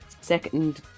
second